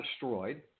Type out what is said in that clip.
destroyed